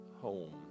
home